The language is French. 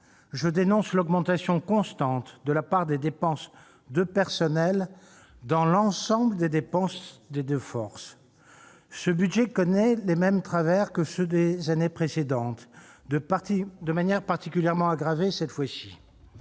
je dénonce l'augmentation constante de la part des dépenses de personnel dans l'ensemble des dépenses des deux forces. Ce budget connaît les mêmes travers que ceux des années précédentes, et ce de manière particulièrement aggravée : la